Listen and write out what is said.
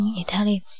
Italy